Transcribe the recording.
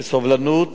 בסובלנות